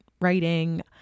writing